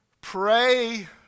Pray